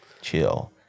Chill